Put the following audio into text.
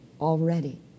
already